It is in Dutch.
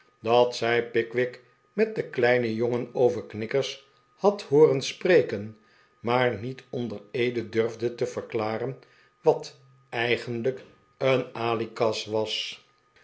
dat zij pickwick met den kleinen jongen over knikkers had hooren spreken maar niet onder eede durfde verklaren wat eigenlijk een alikas was